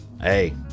hey